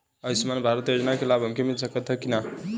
आयुष्मान भारत योजना क लाभ हमके मिल सकत ह कि ना?